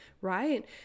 right